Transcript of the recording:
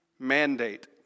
mandate